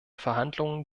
verhandlungen